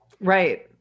Right